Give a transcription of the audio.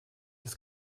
des